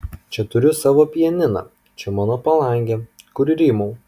čia turiu savo pianiną čia mano palangė kur rymau